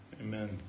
amen